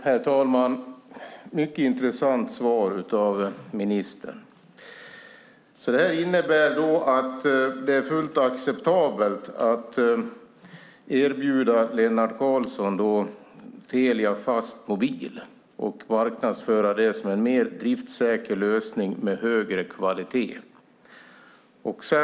Herr talman! Det var ett mycket intressant svar av ministern. Det innebär att det är fullt acceptabelt att erbjuda Lennart Karlsson Telia Fastmobil och marknadsföra det som en mer driftsäker lösning med högre kvalitet.